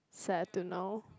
sad to know